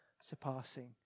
surpassing